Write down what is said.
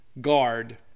guard